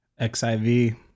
xiv